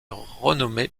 renommée